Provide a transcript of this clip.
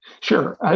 Sure